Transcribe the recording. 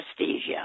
anesthesia